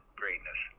greatness